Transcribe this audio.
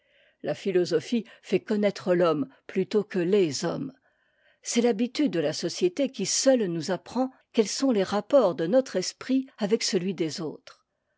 la philosophie fait connaître l'homme plutôt que les hommes c'est l'habitude de la société qui seule nous apprend quels sont les rapports de notre esprit avec celui des autres